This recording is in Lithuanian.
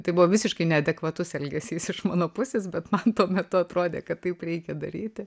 tai buvo visiškai neadekvatus elgesys iš mano pusės bet man tuo metu atrodė kad taip reikia daryti